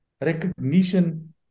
recognition